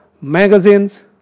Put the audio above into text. magazines